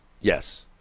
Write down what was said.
Yes